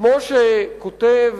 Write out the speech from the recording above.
כמו שכותב